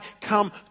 come